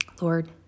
Lord